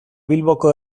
bilboko